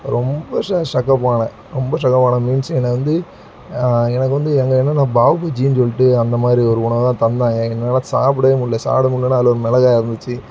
ரொம்ப ஷ ஷ ஷக்கப்பான ரொம்ப ஷக்கப்பான மீன்ஸ் என்ன வந்து எனக்கு வந்து எங்கள் என்னென்னா பாவ் பஜ்ஜின்னு சொல்லிட்டு அந்த மாதிரி ஒரு உணவை தந்தாங்க எங்களால் சாப்பிடவே முடில சாப்பிட முடிலனா அதில் ஒரு மிளகா இருந்துச்சி